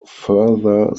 further